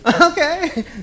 Okay